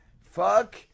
fuck